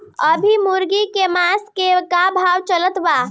अभी मुर्गा के मांस के का भाव चलत बा?